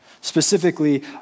Specifically